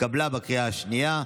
התקבלה בקריאה השנייה.